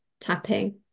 tapping